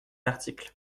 article